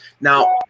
Now